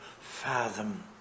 fathom